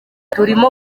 turimo